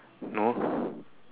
no